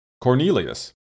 Cornelius